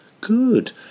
Good